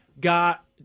got